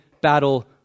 battle